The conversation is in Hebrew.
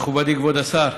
מכובדי כבוד השר,